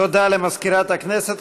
תודה למזכירת הכנסת.